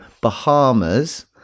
Bahamas